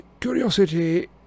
Curiosity